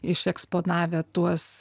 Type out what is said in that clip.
išeksponavę tuos